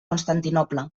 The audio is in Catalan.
constantinoble